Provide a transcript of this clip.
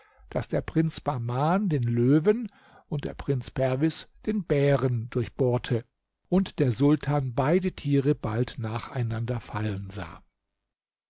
daß der prinz bahman den löwen und der prinz perwis den bären durchbohrte und der sultan beide tiere bald nacheinander fallen sah